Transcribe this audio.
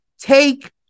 take